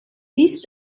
ist